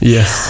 Yes